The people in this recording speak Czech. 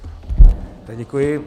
Děkuji.